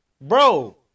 Bro